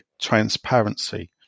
transparency